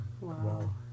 Wow